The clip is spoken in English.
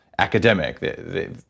Academic